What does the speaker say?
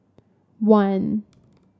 one